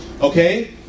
Okay